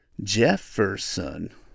Jefferson